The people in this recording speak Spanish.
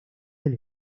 del